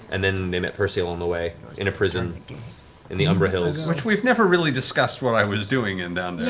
and then they met percy along the way. in a prison in the umbra hills. taliesin we've never really discussed what i was doing and down